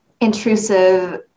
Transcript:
intrusive